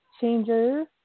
Changers